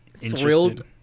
thrilled